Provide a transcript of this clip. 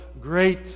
great